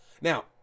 Now